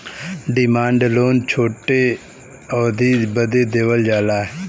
demand loan छोट अवधी बदे देवल जाला